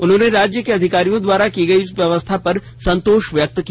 उन्होंने राज्य के अधिकारियों द्वारा की गई व्यवस्था पर संतोष व्यक्त किया